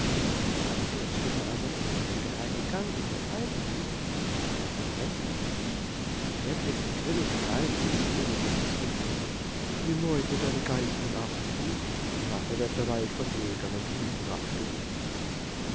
an der stelle aber wo der geheime gang in den wald lief stand ein wächter der blickte grimmig drein und schrie michele zu nimm heute deine geißen in acht bub nachher wird der wald von jägern und hunden abgesucht